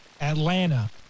Atlanta